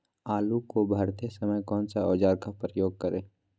आलू को भरते समय कौन सा औजार का प्रयोग करें?